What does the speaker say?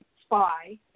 spy